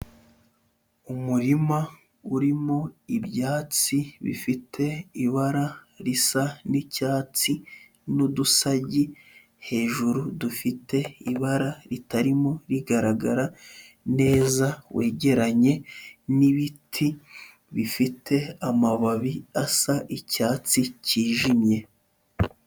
Umurima urimo ibyatsi bifite ibara risa n'icyatsi n'udusagi hejuru dufite ibara ritarimo rigaragara neza, wegeranye n'ibiti bifite amababi asa icyatsi cyijimye.